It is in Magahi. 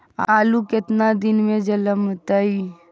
आलू केतना दिन में जलमतइ?